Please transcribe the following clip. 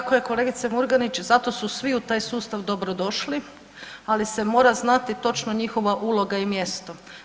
Tako je kolegice Murganić, zato su svi u taj sustav dobrodošli, ali se mora znati točno njihova uloga i mjesto.